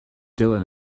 dylan